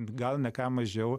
gal ne ką mažiau